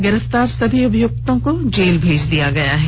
गिरफ्तार सभी अभियुक्तों को जेल भेज दिया गया है